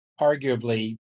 arguably